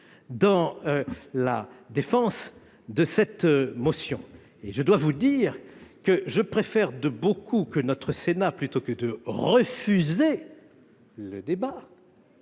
en défense de cette motion. Je dois vous dire que je préfère de beaucoup que notre assemblée, plutôt que de refuser le débat,